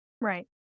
Right